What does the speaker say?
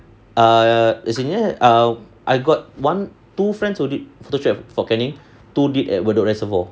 err I got one two friends who did photo shoot at fort canning two did at bedok reservoir